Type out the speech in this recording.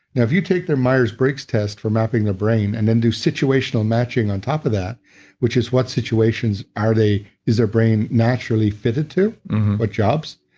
now if you take their myers-briggs test for mapping the brain and then do situational matching on top of that which is what situations are they. is their brain naturally fitted to what jobs,